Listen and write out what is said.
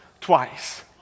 twice